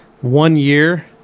one-year